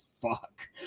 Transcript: fuck